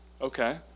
Okay